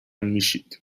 میشید